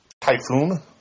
typhoon